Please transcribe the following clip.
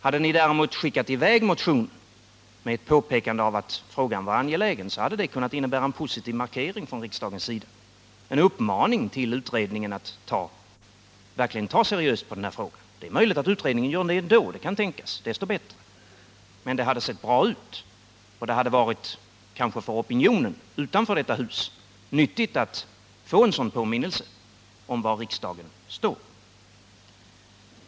Hade utskottet däremot föreslagit att motionen skulle skickas över till utredningen med ett påpekande om att frågan är angelägen, så hade det kunnat innebära en positiv markering från riksdagens sida, en uppmaning till utredningen att verkligen ta seriöst på frågan. Det är möjligt att utredningen gör det ändå. Det kan tänkas, i så fall desto bättre. Men det hade sett bra ut med en sådan markering, och det hade kanske varit nyttigt för opinionen utanför detta hus att få en påminnelse om var riksdagen står.